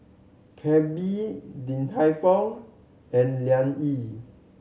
Calbee Din Tai Fung and Liang Yi